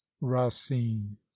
racine